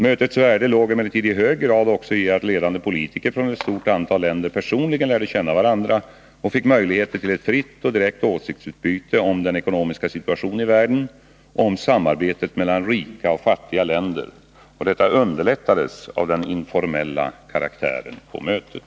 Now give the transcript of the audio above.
Mötets värde låg emellertid i hög grad också i att ledande politiker från ett stort antal länder personligen lärde känna varandra och fick möjligheter till ett fritt och direkt åsiktsutbyte om den ekonomiska situationen i världen och om samarbetet mellan rika och fattiga länder. Detta underlättades av den informella karaktären på mötet.